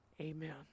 Amen